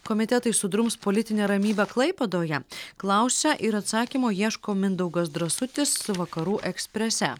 komitetai sudrums politinę ramybę klaipėdoje klausia ir atsakymo ieško mindaugas drąsutis vakarų eksprese